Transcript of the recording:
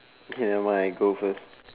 okay never mind I go first